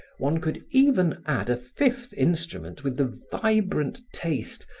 one could even add a fifth instrument with the vibrant taste,